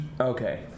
Okay